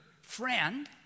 friend